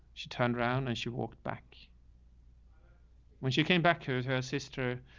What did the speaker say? she turned around and she walked back when she came back here as her sister.